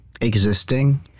existing